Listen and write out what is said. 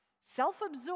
Self-absorbed